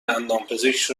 دندانپزشک